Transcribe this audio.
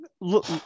look